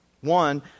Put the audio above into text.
One